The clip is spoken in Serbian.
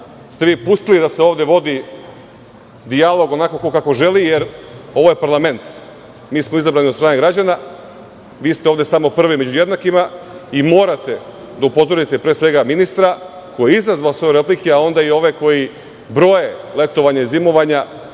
ste vi pustili da se ovde vodi dijalog ko kako želi, jer ovo je parlament. Mi smo izabrani od strane građana, vi ste ovde samo prvi među jednakima i morate da upozorite, pre svega, ministra koji je izazvao sve ove replike, a onda i ove koji broje letovanja i zimovanja,